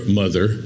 mother